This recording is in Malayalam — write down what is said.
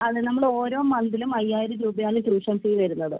അതെ നമ്മള് ഓരോ മന്തിലും അയ്യായിരം രൂപയാണ് ട്യൂഷൻ ഫീ വരുന്നത്